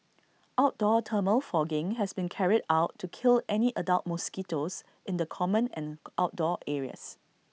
outdoor thermal fogging has been carried out to kill any adult mosquitoes in the common and outdoor areas